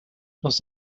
dans